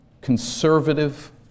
Conservative